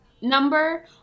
number